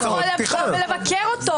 --- ואף אחד לא יכול לבוא ולבקר אותו.